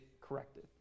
corrected